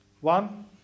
one